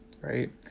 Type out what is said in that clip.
right